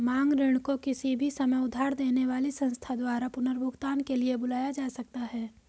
मांग ऋण को किसी भी समय उधार देने वाली संस्था द्वारा पुनर्भुगतान के लिए बुलाया जा सकता है